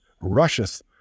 rusheth